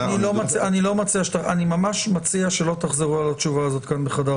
אני ממש מציע שלא תחזרו על התשובה הזאת כאן בחדר הוועדה.